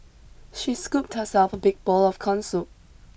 she scooped herself a big bowl of corn soup